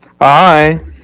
Hi